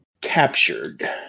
captured